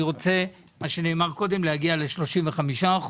אני רוצה להגיע ל-35%,